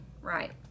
right